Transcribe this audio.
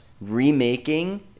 remaking